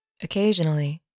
Occasionally